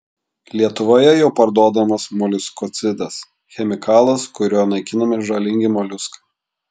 lietuvoje jau parduodamas moliuskocidas chemikalas kuriuo naikinami žalingi moliuskai